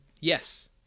Yes